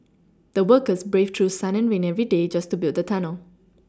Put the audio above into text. the workers braved through sun and rain every day just to build the tunnel